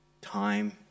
Time